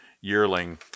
yearling